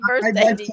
birthday